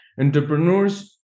entrepreneurs